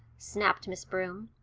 snapped miss broom.